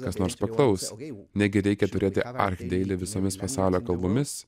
kas nors paklaus negi reikia turėti archdeili visomis pasaulio kalbomis